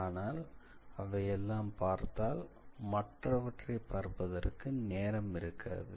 ஆனால் அவை எல்லாம் பார்த்தால் மற்றவற்றை பார்ப்பதற்கு நேரம் இருக்காது